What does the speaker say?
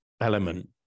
element